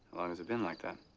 long has it been like that?